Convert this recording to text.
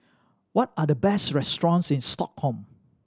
what are the best restaurants in Stockholm